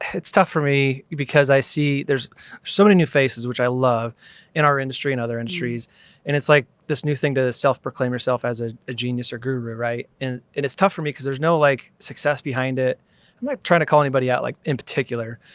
it's tough for me because i see there's so many new faces, which i love in our industry and other industries and it's like this new thing to self-proclaimed yourself as a a genius or guru. right. and it's tough for me cause there's no like success behind it. i'm like trying to call anybody out like in particular,